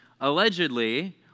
allegedly